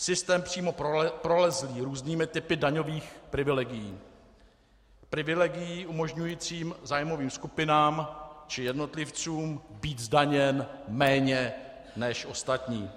Systém přímo prolezlý různými typy daňových privilegií, privilegií umožňujících zájmovým skupinám či jednotlivcům být zdaněn méně než ostatní.